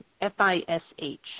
F-I-S-H